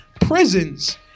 prisons